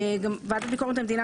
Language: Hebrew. ועדת ביקורת המדינה,